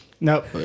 Nope